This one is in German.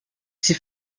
sie